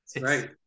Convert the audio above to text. Right